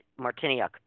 Martiniuk